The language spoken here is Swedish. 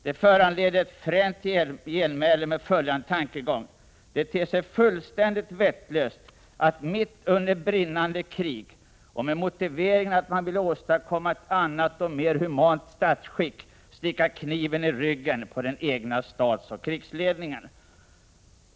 Det föranleder ett fränt genmäle med följande tankegång. ”Det ter sig fullständigt vettlöst att mitt under brinnande krig — och med motiveringen att man ville åstadkomma ett annat och mera humant statsskick —- sticka kniven i ryggen på den egna statsoch krigsledningen.